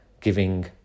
giving